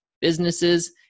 businesses